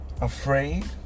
afraid